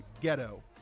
ghetto